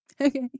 Okay